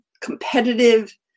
competitive